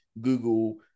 google